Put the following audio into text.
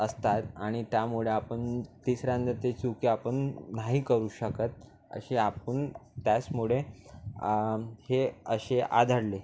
असतात आणि त्यामुळं आपण तिसऱ्यांदा ती चुकी आपण नाही करू शकत अशी आपण त्याचमुळे आम् हे असे आढळले